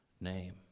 name